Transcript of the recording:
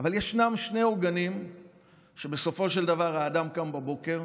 אבל ישנם שני עוגנים שבסופו של דבר האדם קם בבוקר